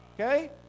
okay